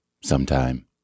sometime